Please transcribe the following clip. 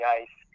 ice